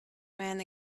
men